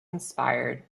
inspired